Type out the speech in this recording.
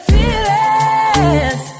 Feelings